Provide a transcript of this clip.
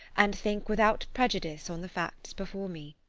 and think without prejudice on the facts before me.